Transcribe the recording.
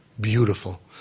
beautiful